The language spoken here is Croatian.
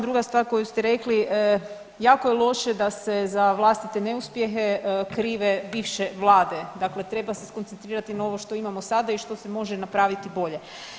Druga stvar koju ste rekli, jako je loše da se za vlastite neuspjehe krive više vlade, dakle treba se skoncentrirati na ovo što imamo sada i što se može napraviti bolje.